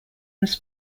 this